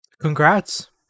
Congrats